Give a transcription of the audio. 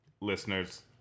Listeners